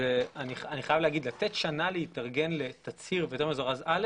ואני חייב לומר שלתת שנה להתארגן לתצהיר בהיתר מזורז א',